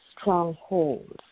strongholds